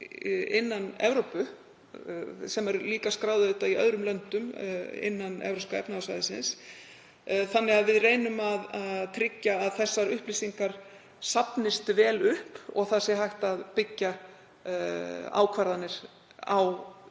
innan Evrópu sem eru líka skráðar í öðrum löndum innan Evrópska efnahagssvæðisins þannig að við reynum að tryggja að þessar upplýsingar safnist vel upp og hægt sé að byggja ákvarðanir á